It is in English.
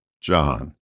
John